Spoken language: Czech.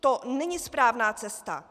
To není správná cesta.